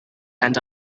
and